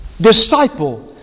disciple